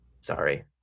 sorry